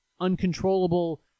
uncontrollable